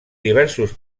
diversos